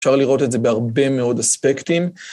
אפשר לראות את זה בהרבה מאוד אספקטים.